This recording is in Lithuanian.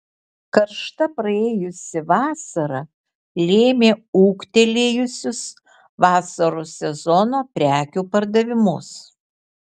karšta praėjusi vasara lėmė ūgtelėjusius vasaros sezono prekių pardavimus